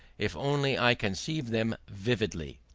if only i conceive them vividly?